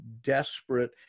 desperate